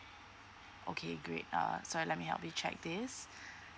okay great uh so let me help you check this